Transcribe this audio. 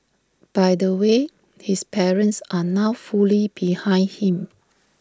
by the way his parents are now fully behind him